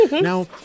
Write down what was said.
Now